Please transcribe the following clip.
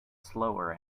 slower